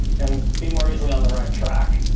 and be more reasonably on the right track.